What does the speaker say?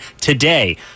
today